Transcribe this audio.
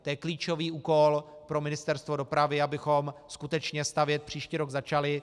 To je klíčový úkol pro Ministerstvo dopravy, abychom skutečně stavět příští rok začali.